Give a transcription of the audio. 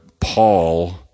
Paul